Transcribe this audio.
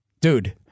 Dude